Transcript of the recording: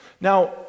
Now